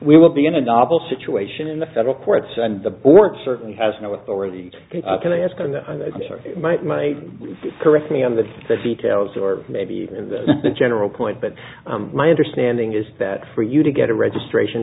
we will be in a novel situation in the federal courts and the board certainly has no authority to ask on the correct me on the details or maybe even the general point but my understanding is that for you to get a registration